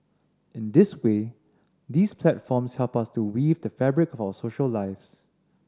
in this way these platforms help us to weave the fabric of our social lives